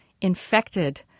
infected